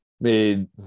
made